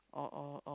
or or or